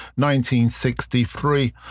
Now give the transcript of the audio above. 1963